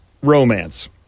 Romance